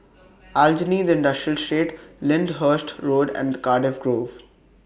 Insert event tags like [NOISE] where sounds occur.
Aljunied Industrial [UNINTELLIGIBLE] Lyndhurst Road and The Cardiff Grove